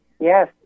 yes